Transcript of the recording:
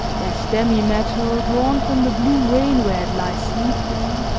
that demi-metal, drawn from the blue vein where it lies sleeping,